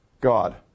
God